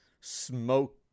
smoke